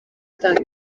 gutanga